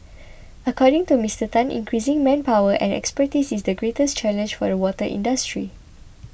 according to Mister Tan increasing manpower and expertise is the greatest challenge for the water industry